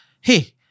Hey